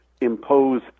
impose